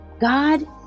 God